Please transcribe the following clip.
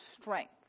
strength